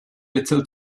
little